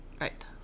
Right